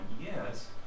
yes